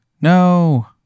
no